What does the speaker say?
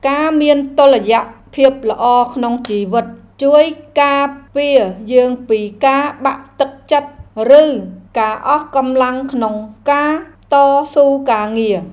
ការមានតុល្យភាពល្អក្នុងជីវិត ជួយការពារយើងពីការបាក់ទឹកចិត្ត ឬការអស់កម្លាំងចិត្តក្នុងការតស៊ូការងារ។